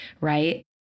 right